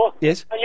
Yes